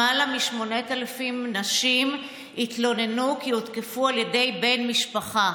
למעלה מ-8,000 נשים התלוננו כי הותקפו על ידי בן משפחה,